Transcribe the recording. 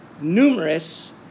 numerous